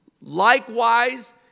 likewise